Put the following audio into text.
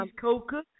Coca